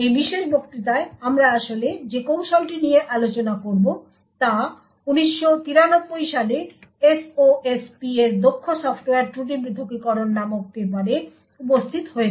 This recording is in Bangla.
এই বিশেষ বক্তৃতায় আমরা আসলে যে কৌশলগুলি নিয়ে আলোচনা করব তা 1993 সালে SOSP এর দক্ষ সফ্টওয়্যার ত্রুটি পৃথকীকরণ নামক পেপারে উপস্থিত রয়েছে